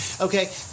Okay